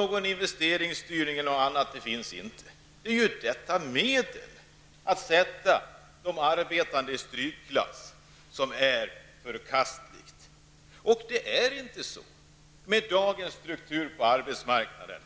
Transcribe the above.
Någon investeringsstyrning eller dylikt existerar inte. Det är ju detta medel, som leder till att de arbetande sätts i strykklass, som är förkastligt. Med dagens struktur på arbetsmarknaden